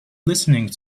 listening